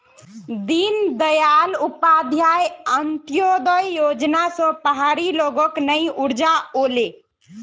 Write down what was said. दीनदयाल उपाध्याय अंत्योदय योजना स पहाड़ी लोगक नई ऊर्जा ओले